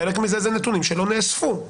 חלק מזה אלה נתונים שלא נאספו,